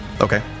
Okay